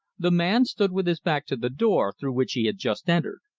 the man stood with his back to the door through which he had just entered.